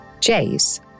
Jays